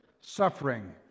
suffering